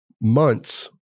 months